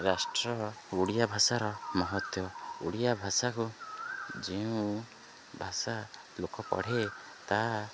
ରାଷ୍ଟ୍ରର ଓଡ଼ିଆ ଭାଷାର ମହତ୍ୱ ଓଡ଼ିଆ ଭାଷାକୁ ଯେଉଁ ଭାଷା ଲୋକ ପଢ଼େ ତା